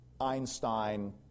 Einstein